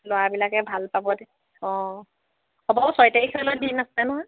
ল'ৰাবিলাকে ভাল পাব অঁ হ'ব ছয় তাৰিখলৈ দিন আছে নহয়